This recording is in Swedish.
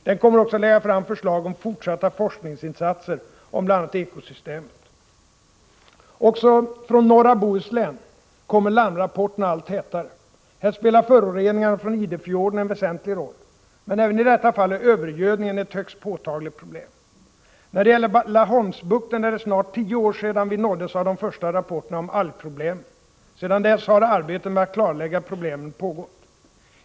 Den kommer också att lägga fram förslag om fortsatta forskningsinsatser i fråga om bl.a. ekosystemet. Också från norra Bohuslän kommer larmrapporterna allt tätare. Här spelar föroreningarna från Idefjorden en väsentlig roll. Men även i detta fall är övergödningen ett högst påtagligt problem. När det gäller Laholmsbukten är det snart tio år sedan vi nåddes av de första rapporterna om algproblemen. Sedan dess har arbetet med att klarlägga problemen pågått.